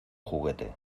juguete